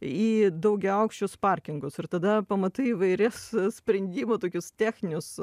į daugiaaukščius parkingus ir tada pamatai įvairius sprendimu tokius techninius